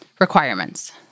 requirements